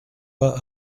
pas